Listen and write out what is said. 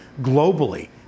globally